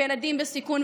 וילדים בסיכון,